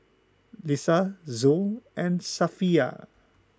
Lisa Zul and Safiya